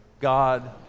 God